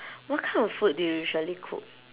what kind of food do you usually cook